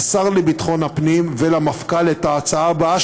לשר לביטחון הפנים ולמפכ"ל את ההצעה הבאה,